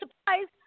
surprised